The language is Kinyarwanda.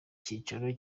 cyicaro